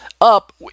up